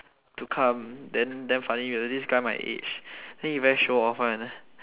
to come then damn funny you know this guy my age then he very show off [one]